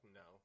no